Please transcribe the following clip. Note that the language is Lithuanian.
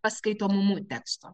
skaitomumu teksto